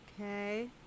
Okay